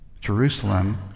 Jerusalem